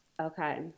Okay